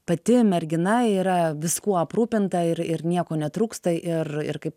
pati mergina yra viskuo aprūpinta ir ir nieko netrūksta ir ir kaip